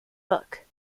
book